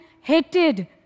hated